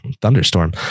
thunderstorm